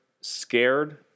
scared